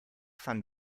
van